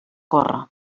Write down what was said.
corre